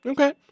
Okay